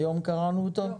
היום קראנו אותו?